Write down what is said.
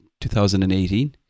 2018